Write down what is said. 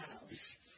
house